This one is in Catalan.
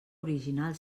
original